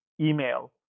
email